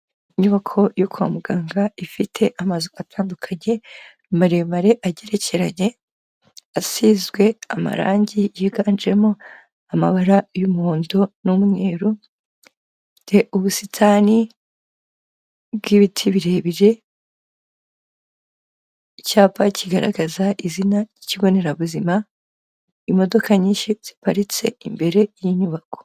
Inyubako yo kwa muganga ifite amazu atandukanye maremare agerekeranye asizwe amarangi yiganjemo amabara y'umuhondo n'umweru, ifite ubusitani bw'ibiti birebire, icyapa kigaragaza izina ry'ikigo nderabuzima, imodoka nyinshi ziparitse imbere y'inyubako.